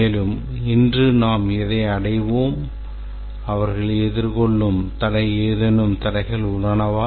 மேலும் இன்று நாம் எதை அடைவோம் அவர்கள் எதிர்கொள்ளும் ஏதேனும் தடைகள் உள்ளனவா